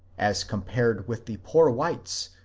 as compared with the poor whites,